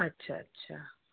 अच्छा अच्छा